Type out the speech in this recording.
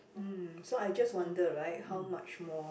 mm so I just wonder right how much more